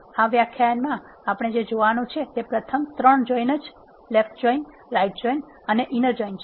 આ વ્યાખ્યાનમાં આપણે જે જોવાનું છે તે પ્રથમ 3 જોઈન જે લેફ્ટ જોઈન રાઈટ જોઈન અને ઇનર જોઈન છે